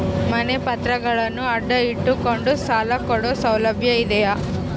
ಮನೆ ಪತ್ರಗಳನ್ನು ಅಡ ಇಟ್ಟು ಕೊಂಡು ಸಾಲ ಕೊಡೋ ಸೌಲಭ್ಯ ಇದಿಯಾ?